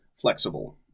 flexible